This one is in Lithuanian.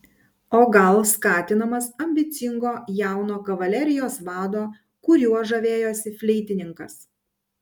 o gal skatinamas ambicingo jauno kavalerijos vado kuriuo žavėjosi fleitininkas